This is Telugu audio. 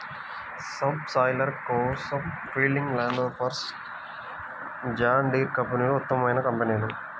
సబ్ సాయిలర్ కోసం ఫీల్డింగ్, ల్యాండ్ఫోర్స్, జాన్ డీర్ కంపెనీలు ఉత్తమమైన కంపెనీలు